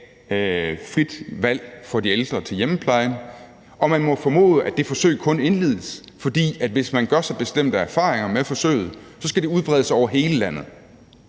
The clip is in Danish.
frit valg for de ældre i forhold til hjemmeplejen, og man må formode, at det forsøg kun indledes af den grund, at hvis man gør sig bestemte erfaringer med forsøget, så skal det udbredes over hele landet.